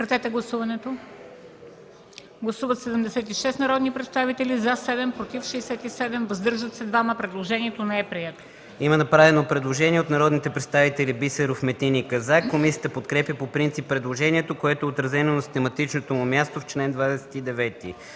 Прегласуване. Гласували 76 народни представители: за 7, против 67, въздържали се 2. Предложението не е прието. ДОКЛАДЧИК КРАСИМИР ЦИПОВ: Има направено предложение от народните представители Бисеров, Метин и Казак. Комисията подкрепя по принцип предложението, което е отразено на систематичното му място в чл. 29.